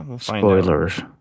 Spoilers